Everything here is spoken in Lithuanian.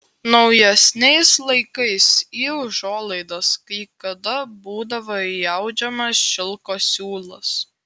naujesniais laikais į užuolaidas kai kada būdavo įaudžiamas šilko siūlas